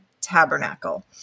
tabernacle